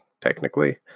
technically